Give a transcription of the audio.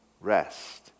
rest